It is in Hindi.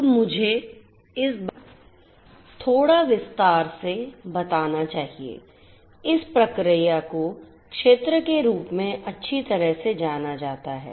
तो मुझे इस बारे में थोड़ा विस्तार से बताना चाहिए इस प्रक्रिया को क्षेत्र के रूप में अच्छी तरह से जाना जाता है